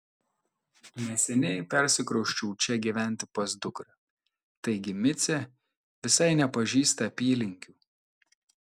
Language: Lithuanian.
neseniai persikrausčiau čia gyventi pas dukrą taigi micė visai nepažįsta apylinkių